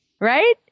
right